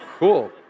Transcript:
cool